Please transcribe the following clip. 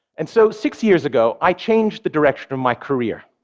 and so six years ago, i changed the direction of my career.